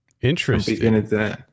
Interesting